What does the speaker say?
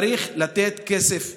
צריך לתת כסף מיידי,